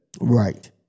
Right